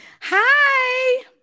Hi